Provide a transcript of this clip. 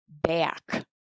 back